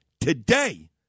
today